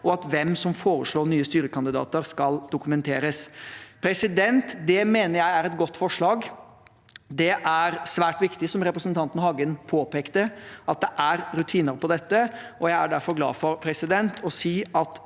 og at hvem som foreslår nye styrekandidater, skal dokumenteres. Det mener jeg er et godt forslag. Det er svært viktig, som representanten Hagen påpekte, at det er rutiner på dette, og jeg er derfor glad for å si at